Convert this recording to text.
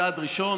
צעד ראשון,